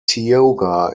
tioga